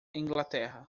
inglaterra